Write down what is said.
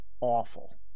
awful